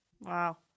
Wow